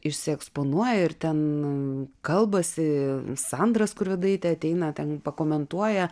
išsieksponuoja ir ten kalbasi sandra skurvidaitė ateina ten pakomentuoja